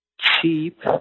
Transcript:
cheap